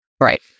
Right